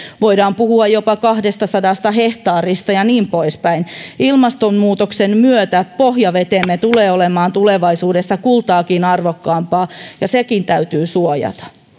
voidaan puhua jopa kahdestasadasta hehtaarista ja niin poispäin ilmastonmuutoksen myötä pohjavetemme tulee olemaan tulevaisuudessa kultaakin arvokkaampaa ja sekin täytyy suojata